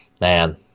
man